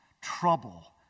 trouble